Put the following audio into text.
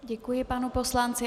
Děkuji panu poslanci.